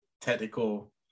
technical